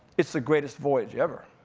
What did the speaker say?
it's the greatest voyage ever.